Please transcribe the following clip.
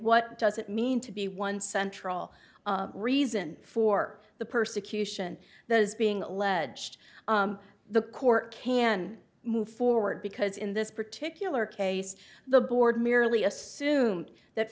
what does it mean to be one central reason for the persecution that is being alleged the court can move forward because in this particular case the board merely assume that